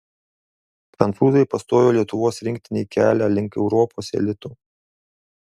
prancūzai pastojo lietuvos rinktinei kelią link europos elito